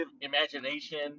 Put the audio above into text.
imagination